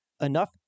enough